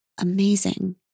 Amazing